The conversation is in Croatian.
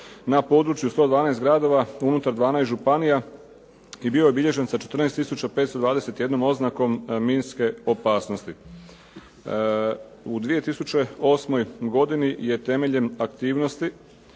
na području 112 gradova unutar 12 županija i bio je obilježen sa 14 tisuća 521 oznakom minske opasnosti. U 2008. godini je temeljem aktivnosti